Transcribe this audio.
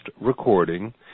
recording